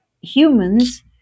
humans